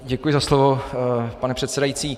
Děkuji za slovo, pane předsedající.